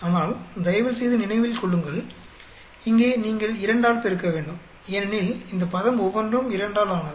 ஆனால் தயவுசெய்து நினைவில் கொள்ளுங்கள் இங்கே நீங்கள் 2 ஆல் பெருக்க வேண்டும் ஏனெனில் இந்த பதம் ஒவ்வொன்றும் 2 ஆல் ஆனது